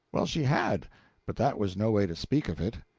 well, she had but that was no way to speak of it.